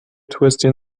twisting